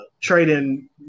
trading